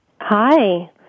Hi